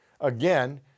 Again